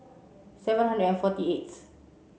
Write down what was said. seven hundred and forty eighth